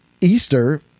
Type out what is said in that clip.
Easter